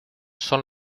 son